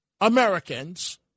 Americans